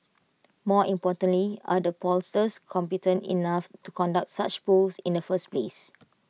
more importantly are the pollsters competent enough to conduct such polls in the first place